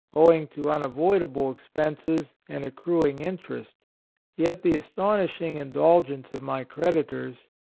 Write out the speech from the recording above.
owing to unavoidable expenses and accru ing interest yet the astonishing indulgence of my creditors,